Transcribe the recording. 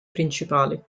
principali